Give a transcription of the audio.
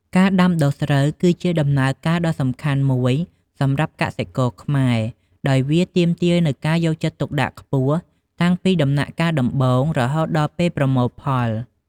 ការដាំដុះស្រូវគឺជាដំណើរការដ៏សំខាន់មួយសម្រាប់កសិករខ្មែរ ដោយវាទាមទារនូវការយកចិត្តទុកដាក់ខ្ពស់តាំងពីដំណាក់កាលដំបូងរហូតដល់ពេលប្រមូលផល។